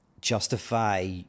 justify